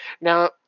Now